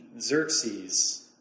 Xerxes